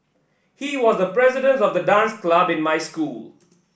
he was the president of the dance club in my school